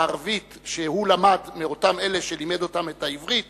הערבית שהוא למד מאותם אלה שלימד אותם את העברית